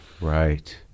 right